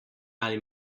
ali